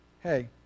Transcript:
Hey